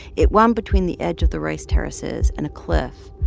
it wound between the edge of the rice terraces and a cliff.